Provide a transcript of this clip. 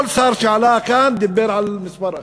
כל שר שעלה לכאן דיבר על מספר אחר.